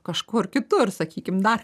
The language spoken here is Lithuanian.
kažkur kitur sakykim dar